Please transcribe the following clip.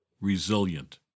Resilient